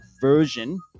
version